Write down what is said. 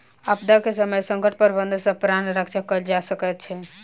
आपदा के समय संकट प्रबंधन सॅ प्राण रक्षा कयल जा सकै छै